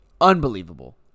Unbelievable